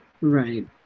Right